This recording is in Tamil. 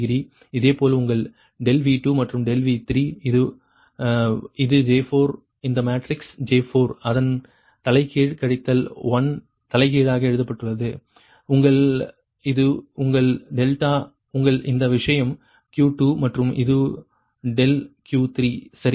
இதேபோல் உங்கள் ∆V2 மற்றும் ∆V3 இது இது J4 இந்த மேட்ரிக்ஸ் J4 அதன் தலைகீழ் கழித்தல் 1 தலைகீழாக எழுதப்பட்டுள்ளது உங்கள் இது உங்கள் டெல்டா உங்கள் இந்த விஷயம் Q2 மற்றும் இது ∆Q3 சரியா